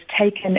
taken